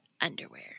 underwear